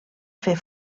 fer